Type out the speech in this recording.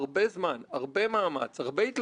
והסכמות בדברים שאנחנו יכולים להסכים עליהם.